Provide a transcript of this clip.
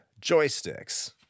joysticks